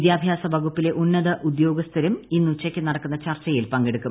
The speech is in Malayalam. വിദ്യാഭ്യാസ വകുപ്പിലെ ഉന്നത ഉദ്യോഗസ്ഥരും ഇന്നുച്ചയ്ക്ക് നടക്കുന്ന ചർച്ചയിൽ പങ്കെടുക്കും